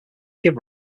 give